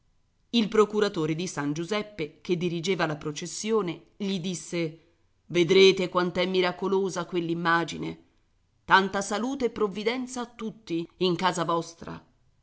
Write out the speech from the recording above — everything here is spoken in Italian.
il procuratore di san giuseppe che dirigeva la processione gli disse vedrete quant'è miracolosa quell'immagine tanta salute e provvidenza a tutti in casa vostra